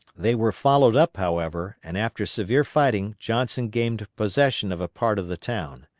they were followed up however, and after severe fighting johnson gained possession of a part of the town.